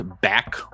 back